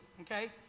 okay